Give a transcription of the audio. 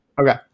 Okay